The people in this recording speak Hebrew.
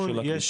לא של הקליטה.